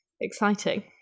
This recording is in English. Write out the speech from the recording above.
exciting